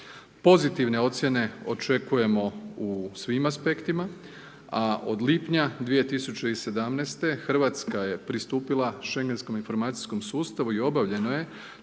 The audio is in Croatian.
Pozitivne ocjene očekujemo u svim aspektima, a od lipnja 2017. Hrvatska je pristupila Šengenskom informacijskom sustavu i obavljeno je